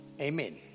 Amen